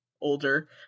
older